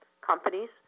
companies